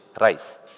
rice